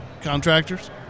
contractors